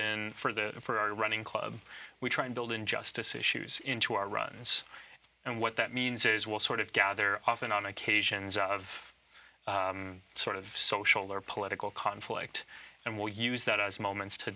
in for the for our running club we try to build in justice issues into our runs and what that means is we'll sort of gather often on occasions of sort of social or political conflict and we'll use that as moments to